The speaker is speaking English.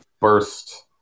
burst